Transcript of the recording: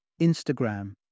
Instagram